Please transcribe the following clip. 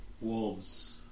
wolves